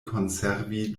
konservi